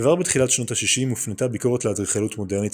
כבר בתחילת שנות ה-60 הופנתה ביקורת לאדריכלות מודרנית